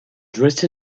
dressed